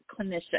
clinician